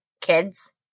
kids